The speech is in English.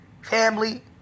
family